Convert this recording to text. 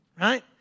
right